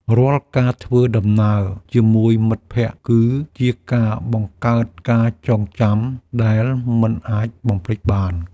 រាល់ការធ្វើដំណើរជាមួយមិត្តភក្តិ គឺជាការបង្កើតការចងចាំដែលមិនអាចបំភ្លេចបាន។